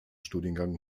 studiengang